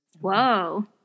Whoa